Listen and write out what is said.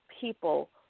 people